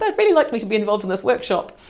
but really like me to be involved in this workshop.